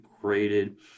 created